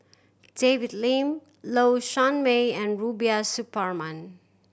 David Lim Low Sanmay and Rubiah Suparman